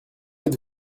êtes